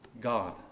God